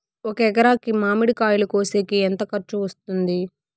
ఒక ఎకరాకి మామిడి కాయలు కోసేకి ఎంత ఖర్చు వస్తుంది?